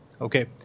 Okay